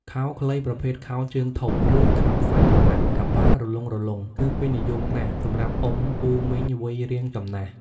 ខោខ្លីប្រភេទខោជើងធំ ឬខោសាច់ក្រណាត់កប្បាសរលុងៗ គឺពេញនិយមណាស់សម្រាប់អ៊ំពូមីងវ័យរាងចំណាស់។